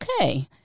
Okay